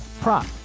prop